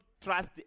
trust